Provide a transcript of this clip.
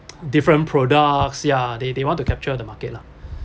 different products sia they they want to capture the market lah